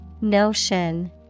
Notion